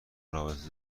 رابطه